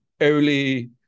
early